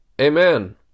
Amen